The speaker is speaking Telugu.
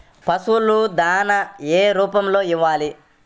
పశువుల దాణా ఏ రూపంలో ఇవ్వాలి?